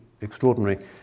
extraordinary